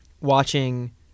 Watching